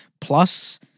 Plus